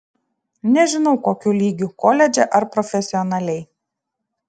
nežinau kokiu lygiu koledže ar profesionaliai